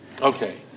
Okay